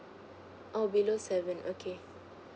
oh below seven okay